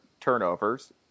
turnovers